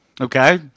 Okay